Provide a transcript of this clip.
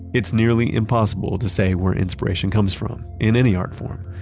it's nearly impossible to say where inspiration comes from, in any art form.